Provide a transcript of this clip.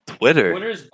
Twitter